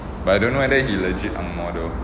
but I don't know whether he legit ang moh though